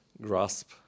grasp